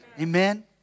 Amen